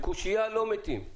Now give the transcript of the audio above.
מקושייה לא מתים.